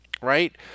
right